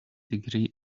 degree